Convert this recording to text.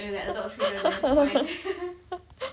their adult children then fine haha